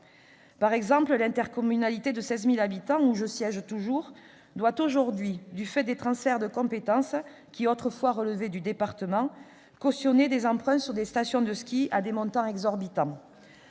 Par exemple, l'intercommunalité de 16 000 habitants où je siège toujours doit aujourd'hui, du fait des transferts de compétences qui relevaient autrefois du département, cautionner des emprunts sur les stations de ski pour des montants exorbitants.